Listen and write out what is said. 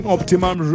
Optimum